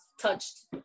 touched